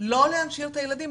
לא להנשיר את הילדים,